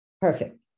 Perfect